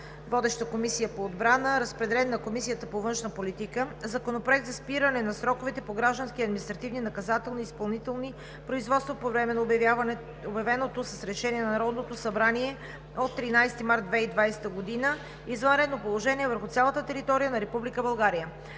Водеща е Комисията по отбрана. Разпределен е и на Комисията по външна политика. Законопроект за спиране на срокове по граждански, административни, наказателни и изпълнителни производства по време на обявеното с Решение на Народното събрание от 13 март 2020 г. извънредно положение върху цялата територия на Република